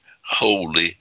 Holy